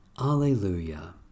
Alleluia